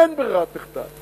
אין ברירת מחדל.